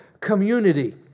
community